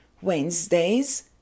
Wednesdays